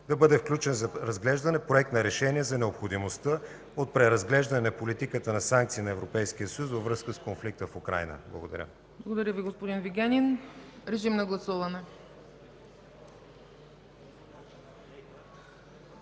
да бъде включен за разглеждане Проект на решение за необходимостта от преразглеждане на политиката на санкции на Европейския съюз във връзка с конфликта в Украйна. Благодаря. ПРЕДСЕДАТЕЛ ЦЕЦКА ЦАЧЕВА: Благодаря, господин Вигенин. Режим на гласуване.